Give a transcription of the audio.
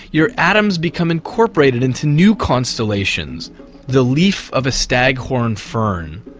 your atoms become incorporated into new constellations the leaf of a staghorn fern,